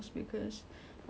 right so